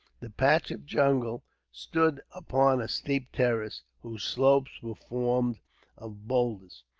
the patch of jungle stood upon a steep terrace, whose slopes were formed of boulders,